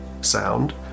sound